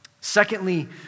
Secondly